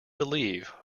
believe